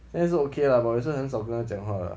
应该是 is okay lah but 我现在很少跟他讲话 liao